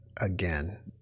again